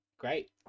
Great